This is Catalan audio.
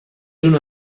una